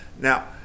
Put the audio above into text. Now